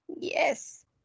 Yes